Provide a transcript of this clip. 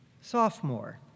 sophomore